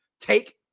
take